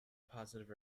positive